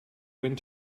wind